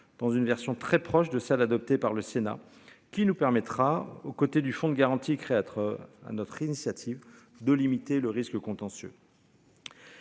dans une version très proche de celle adoptée par le Sénat qui nous permettra aux côtés du fonds de garantie créatrice à notre initiative, de limiter le risque contentieux.